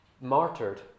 martyred